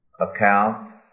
accounts